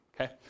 okay